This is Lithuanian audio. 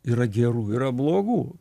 yra gerų yra blogų